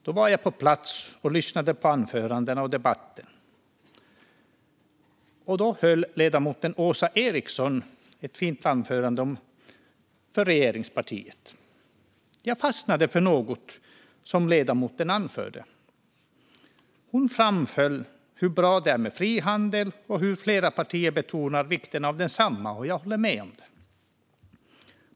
Då var jag på plats och lyssnade på anförandena och debatten, och då höll Åsa Eriksson ett fint anförande för regeringspartiet. Jag fastnade för något som ledamoten anförde. Hon framhöll hur bra det är med frihandel och hur flera partier betonar vikten av densamma. Jag håller med om det.